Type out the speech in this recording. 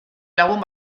lagun